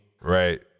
Right